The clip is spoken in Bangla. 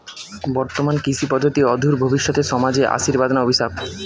বর্তমান কৃষি পদ্ধতি অদূর ভবিষ্যতে সমাজে আশীর্বাদ না অভিশাপ?